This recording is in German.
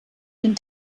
den